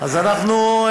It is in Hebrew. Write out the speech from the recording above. אז אנחנו,